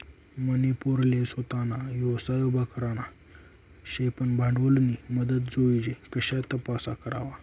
मनी पोरले सोताना व्यवसाय उभा करना शे पन भांडवलनी मदत जोइजे कशा तपास करवा?